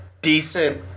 Decent